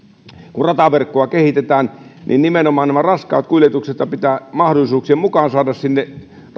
kun rataverkkoa kehitetään niin nimenomaan raskaat kuljetuksethan pitää mahdollisuuksien mukaan saada sinne